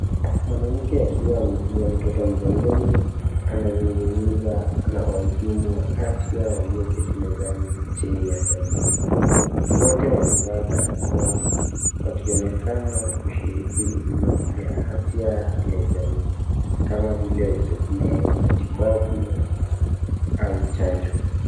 Mwanamke akiwa amebeba mtoto mgongoni anazungumza na wahudumu wa afya walioketi mezani chini ya hema. Wote wamevaa barakoa wakionekana kushiriki huduma ya afya ya jamii kama vile usajili wa matibabu au chanjo.